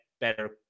better